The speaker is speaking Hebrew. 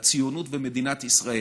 הציונות ומדינת ישראל.